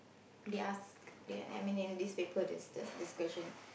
they ask they I mean in this paper there's the discussion